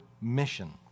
mission